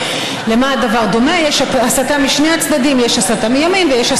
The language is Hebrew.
לא הייתה הסתה מימין לפני